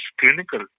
clinical